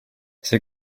see